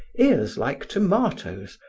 ears like tomatoes,